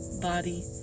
body